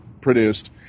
produced